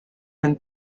and